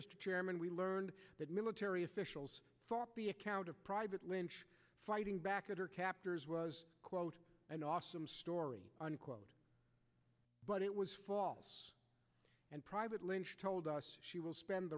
mr chairman we learned that military officials account of private lynch fighting back at her captors was quote an awesome story unquote but it was false and private lynch told us she will spend